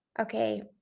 Okay